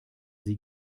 sie